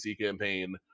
campaign